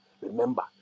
Remember